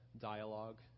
dialogue